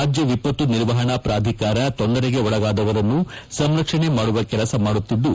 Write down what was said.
ರಾಜ್ಯ ವಿಪತ್ತು ನಿರ್ವಹಣಾ ಪ್ರಾಧಿಕಾರ ತೊಂದರೆಗೆ ಒಳಗಾದವರನ್ನು ಸಂರಕ್ಷಣೆ ಮಾಡುವ ಕೆಲಸ ಮಾಡುತ್ತಿದ್ದು